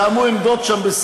תתאמו עמדות שם,